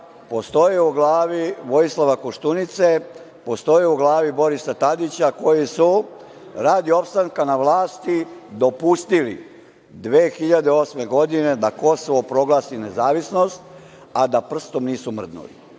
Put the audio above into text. postoji u glavi Vojislava Koštunice, postoji u glavi Borisa Tadića, koji su radi opstanka na vlasti dopustili 2008. godine da Kosovo proglasi nezavisnost a da prstom nisu mrdnuli.